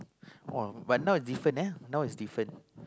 !wah! but now is different eh now is different